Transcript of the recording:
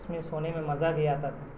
اس میں سونے میں مزہ بھی آتا تھا